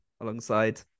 alongside